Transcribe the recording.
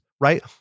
right